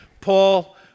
Paul